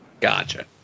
Gotcha